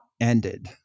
ended